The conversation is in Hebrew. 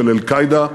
של "אל-קאעידה"